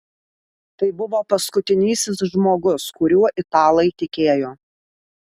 tai buvo paskutinysis žmogus kuriuo italai tikėjo